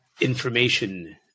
information